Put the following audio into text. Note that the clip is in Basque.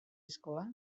eskola